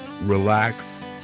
relax